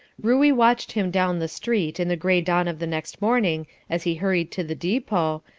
ruey watched him down the street in the gray dawn of the next morning as he hurried to the depot,